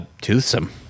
Toothsome